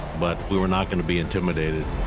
but we were not going to be intimidated.